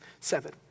seven